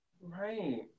Right